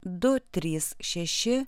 du trys šeši